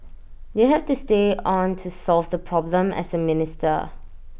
you have to stay on to solve the problem as A minister